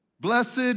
Blessed